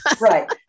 Right